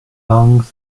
lungs